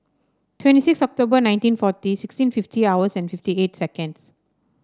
twenty six October nineteen forty sixteen fifty hours and fifty eight seconds